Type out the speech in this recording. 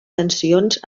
tensions